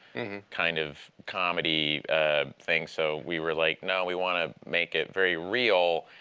kind of comedy thing. so we were like, no, we want to make it very real,